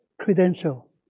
credential